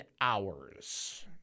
hours